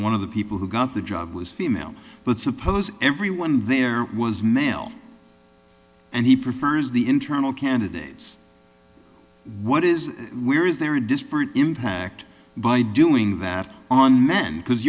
one of the people who got the job was female but suppose everyone there was male and he prefers the internal candidates what is where is there a disparate impact by doing that on men because